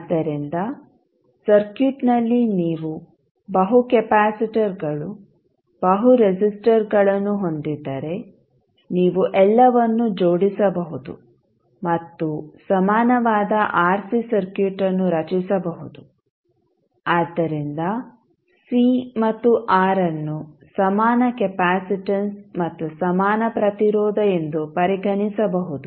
ಆದ್ದರಿಂದ ಸರ್ಕ್ಯೂಟ್ನಲ್ಲಿ ನೀವು ಬಹು ಕೆಪಾಸಿಟರ್ಗಳು ಬಹು ರೆಸಿಸ್ಟರ್ಗಳನ್ನು ಹೊಂದಿದ್ದರೆ ನೀವು ಎಲ್ಲವನ್ನೂ ಜೋಡಿಸಬಹುದು ಮತ್ತು ಸಮಾನವಾದ ಆರ್ಸಿ ಸರ್ಕ್ಯೂಟ್ ಅನ್ನು ರಚಿಸಬಹುದು ಆದ್ದರಿಂದ ಸಿ ಮತ್ತು ಆರ್ ಅನ್ನು ಸಮಾನ ಕೆಪಾಸಿಟನ್ಸ್ ಮತ್ತು ಸಮಾನ ಪ್ರತಿರೋಧ ಎಂದು ಪರಿಗಣಿಸಬಹುದು